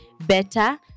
better